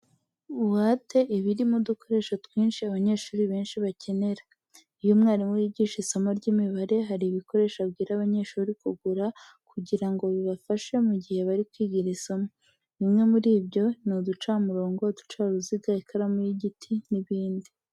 Buwate iba irimo udukoresho twinshi abanyeshuri benshi bakenera. Iyo umwarimu yigisha isomo ry'imibare hari ibikoresho abwira abanyeshuri kugura kugira ngo bibafashe mu gihe bari kwiga iri somo. Bimwe muri byo ni uducamurongo, uducaruziga, ikaramu y'igiti n'ibindi.